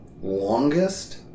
longest